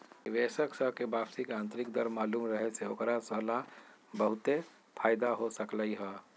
निवेशक स के वापसी के आंतरिक दर मालूम रहे से ओकरा स ला बहुते फाएदा हो सकलई ह